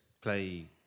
play